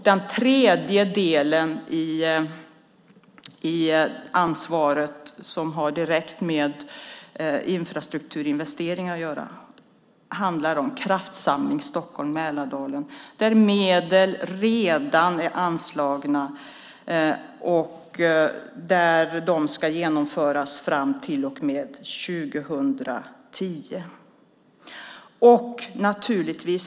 Den tredje delen i det ansvar som direkt rör infrastrukturinvesteringar handlar om Kraftsamling Stockholm Mälardalen. Medel finns redan anslagna fram till 2010.